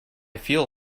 feel